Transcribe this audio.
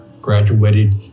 Graduated